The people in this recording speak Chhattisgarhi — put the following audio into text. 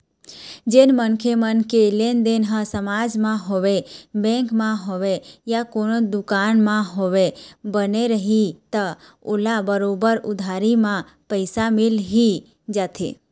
जेन मनखे मन के लेनदेन ह समाज म होवय, बेंक म होवय या कोनो दुकान म होवय, बने रइही त ओला बरोबर उधारी म पइसा मिल ही जाथे